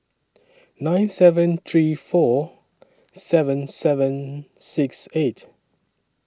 nine seven three four seven seven six eight